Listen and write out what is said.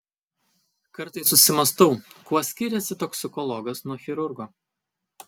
kartais susimąstau kuo skiriasi toksikologas nuo chirurgo